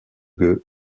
gueux